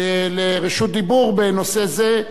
לרשות דיבור בנושא זה,